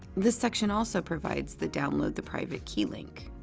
this section also provides the download the private key link.